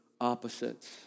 opposites